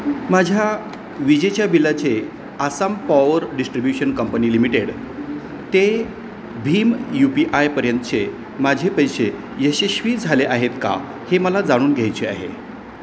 माझ्या विजेच्या बिलाचे Assam power distribution company limited ते भीम यू पी आयपर्यंतचे माझे पैसे यशश्वी झाले आहेत का हे मला जाणून घ्यायचे आहे